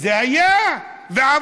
וזה היה ועבר.